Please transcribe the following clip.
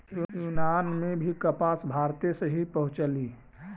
यूनान में भी कपास भारते से ही पहुँचलई